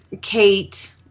Kate